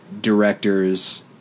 directors